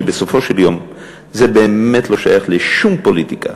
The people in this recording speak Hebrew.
כי בסופו של יום זה באמת לא שייך לשום פוליטיקה,